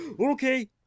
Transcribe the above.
Okay